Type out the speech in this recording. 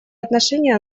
отношения